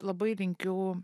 labai linkiu